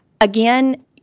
Again